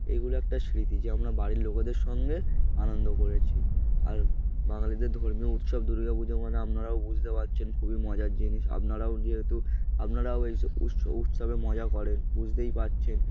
এইগুলো একটা স্মৃতি যে আমরা বাড়ির লোকেদের সঙ্গে আনন্দ করেছি আর বাঙালিদের ধর্মীয় উৎসব দুর্গা পুজো মানে আপনারাও বুঝতে পারছেন খুবই মজার জিনিস আপনারাও যেহেতু আপনারাও এই সব উৎস উৎসবে মজা করেন বুঝতেই পারছেন